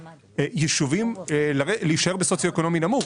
יישובים להישאר במדד סוציו-אקונומי נמוך,